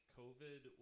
covid